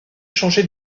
changé